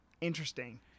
interesting